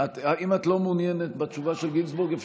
אם את לא מעוניינת בתשובה של גינזבורג,